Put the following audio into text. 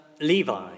Levi